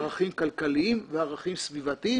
ערכים כלכליים וערכים סביבתיים,